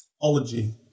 Ology